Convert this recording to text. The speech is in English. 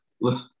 Look